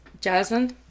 jasmine